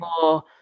more